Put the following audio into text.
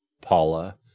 Paula